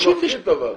ההקמה.